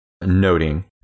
noting